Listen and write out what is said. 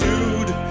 Dude